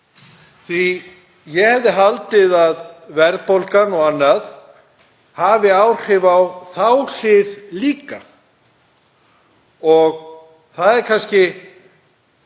að ég hefði haldið að verðbólgan og annað hefði áhrif á þá hlið líka. Það er kannski